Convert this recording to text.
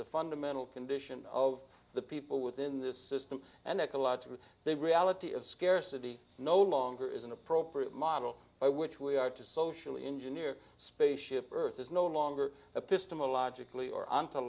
the fundamental condition of the people within this system and ecological they reality of scarcity no longer is an appropriate model by which we are to socially engineer spaceship earth is no longer a pistol logically or